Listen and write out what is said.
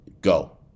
go